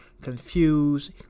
confused